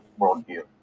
worldview